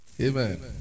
Amen